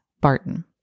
Barton